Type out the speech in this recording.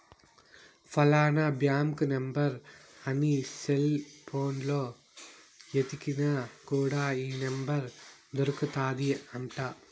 ఫలానా bank number అని cell పోనులో ఎతికిన కూడా ఈ నెంబర్ దొరుకుతాది అంట